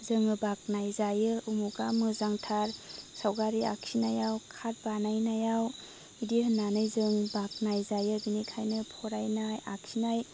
जोङो बाखनाय जायो उमुगा मोजांथार सावगारि आखिनायाव कार्ड बानायनायाव इदि होन्नानै जों बाखनाय जायो बिनिखायनो फरायनाय आखिनाय